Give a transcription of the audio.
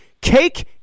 Cake